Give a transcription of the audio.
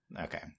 Okay